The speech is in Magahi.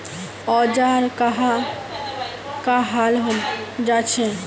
औजार कहाँ का हाल जांचें?